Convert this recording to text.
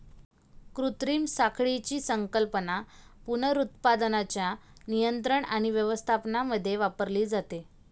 कृत्रिम साखळीची संकल्पना पुनरुत्पादनाच्या नियंत्रण आणि व्यवस्थापनामध्ये वापरली जाते